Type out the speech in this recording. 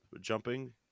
jumping